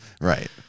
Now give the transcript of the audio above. Right